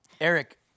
Eric